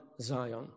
Zion